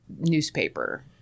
newspaper